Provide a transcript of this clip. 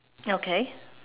okay